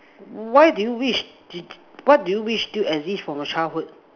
why do you wish did what do you wish still exist from your childhood